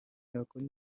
yakora